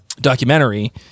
documentary